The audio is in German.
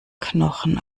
knochen